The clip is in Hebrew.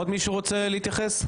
עוד מישהו רוצה להתייחס.